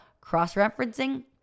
cross-referencing